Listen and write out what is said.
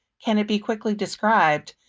can it be quickly described?